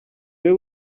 wowe